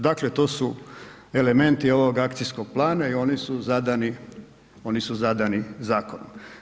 Dakle, to su elementi ovog akcijskog plana i oni su zadani zakonom.